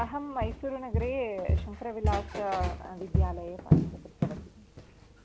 अहं मैसूरुनगरे शङ्करविलासविद्यालये पठितवती